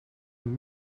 een